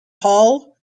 hall